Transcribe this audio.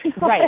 Right